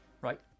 Right